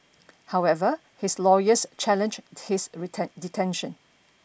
however his lawyers challenged his detention